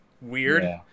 weird